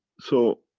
so,